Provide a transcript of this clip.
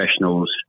professionals